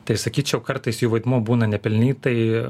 tai sakyčiau kartais jų vaidmuo būna nepelnytai